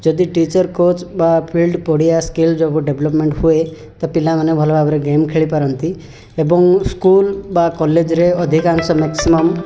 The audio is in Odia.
ଯଦି ଟିଚର୍ କୋଚ୍ ବା ଫିଲ୍ଡ଼୍ ପଡ଼ିଆ ସ୍କିଲ୍ ଯୋଗୁଁ ଡେଭଲପମେଣ୍ଟ୍ ହୁଏ ତ ପିଲାମାନେ ଭଲ ଭାବରେ ଗେମ୍ ଖେଳି ପାରନ୍ତି ଏବଂ ସ୍କୁଲ୍ ବା କଲେଜରେ ଅଧିକାଂଶ ମ୍ୟାକ୍ସିମମ୍